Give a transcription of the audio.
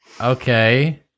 okay